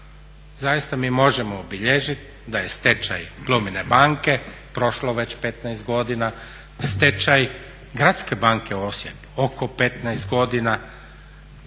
Zaista mi možemo obilježit da je stečaj Glumina banke prošlo već 15 godine, stečaj Gradske banke Osijek oko 15 godina